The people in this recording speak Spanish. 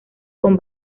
con